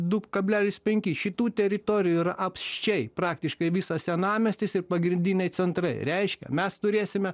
du kablelis penki šitų teritorijų yra apsčiai praktiškai visas senamiestis ir pagrindiniai centrai reiškia mes turėsime